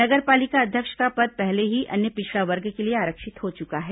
नगर पालिका अध्यक्ष का पद पहले ही अन्य पिछड़ा वर्ग के लिए आरक्षित हो चुका है